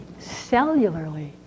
cellularly